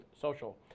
Social